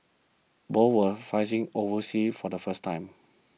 both were fighting overseas for the first time